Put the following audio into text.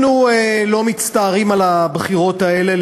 אנחנו לא מצטערים על הבחירות האלה,